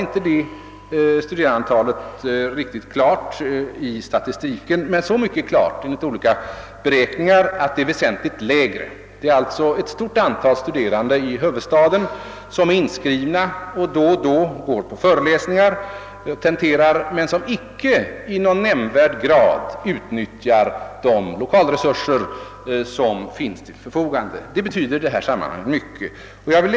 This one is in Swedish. Vi har inte sistnämnda antal riktigt klart i statistiken, men så mycket är enligt olika beräkningar klart att det är väsentligt lägre än fru Nettelbrandts siffra. Det finns ett stort antal studerande i huvudstaden som är inskrivna och då och då går på föreläsningar och tenterar men som icke i någon nämnvärd grad utnyttjar de lokalresurser som finns till förfogande. Det betyder mycket i detta sammanhang.